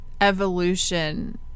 evolution